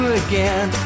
again